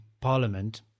parliament